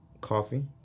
coffee